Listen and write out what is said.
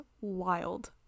wild